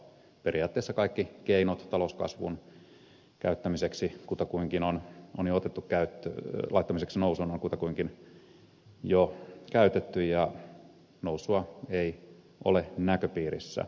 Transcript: periaatteessa kaikki keinot talouskasvun laittamiseksi nousuun on jo otettu käyttöön tulevat ensiksi nousu marko kutakuinkin jo käytetty ja nousua ei ole näköpiirissä